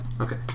Okay